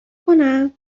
کنم